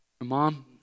Mom